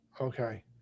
Okay